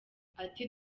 ati